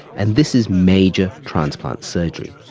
and this is major transplant surgery.